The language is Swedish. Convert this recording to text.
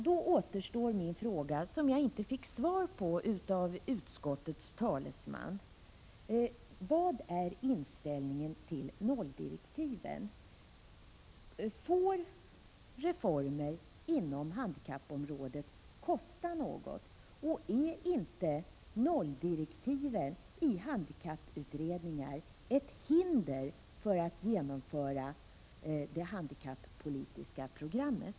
Då återstår min fråga, som jag inte fick svar på av utskottets talesman: Vad är inställningen till nolldirektiven? Får reformer inom handikappområdet kosta något, och är inte nolldirektiv till handikapputredningar ett hinder för att genomföra det handikappolitiska programmet?